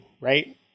right